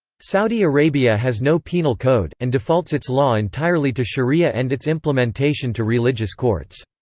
saudi arabia has no penal code, and defaults its law entirely to sharia and its implementation to religious courts.